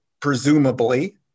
presumably